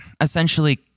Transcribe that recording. Essentially